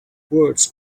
words